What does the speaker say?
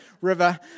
river